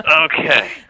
Okay